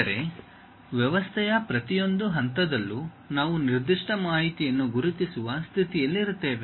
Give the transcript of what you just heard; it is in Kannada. ಅಂದರೆ ವ್ಯವಸ್ಥೆಯ ಪ್ರತಿಯೊಂದು ಹಂತದಲ್ಲೂ ನಾವು ನಿರ್ದಿಷ್ಟ ಮಾಹಿತಿಯನ್ನು ಗುರುತಿಸುವ ಸ್ಥಿತಿಯಲ್ಲಿರುತ್ತೇವೆ